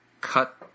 cut